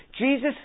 Jesus